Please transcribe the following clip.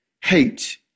hate